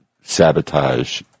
sabotage